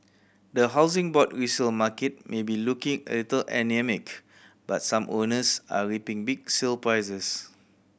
the Housing Board resale market may be looking a little anaemic but some owners are reaping big sale prices